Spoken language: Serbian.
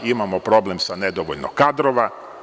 Imamo problem sa nedovoljno kadrova.